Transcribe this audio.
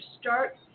Start